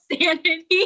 sanity